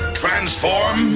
transform